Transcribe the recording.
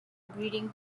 breeding